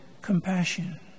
compassion